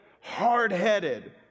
hard-headed